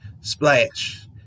splash